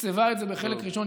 תקצבה את זה בחלק ראשון,